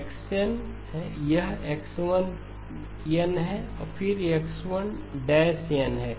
यह x n है यह X1 n है यह X1 n है